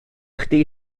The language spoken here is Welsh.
chdi